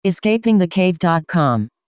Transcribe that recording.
Escapingthecave.com